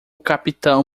capitão